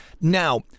Now